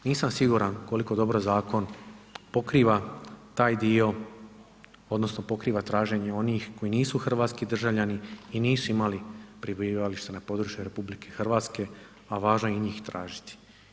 Nisam siguran koliko dobro zakon pokriva taj dio odnosno pokriva traženje onih koji nisu hrvatski državljani i nisu imali prebivalište na području RH, a važno je i njih tražiti.